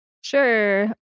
Sure